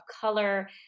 color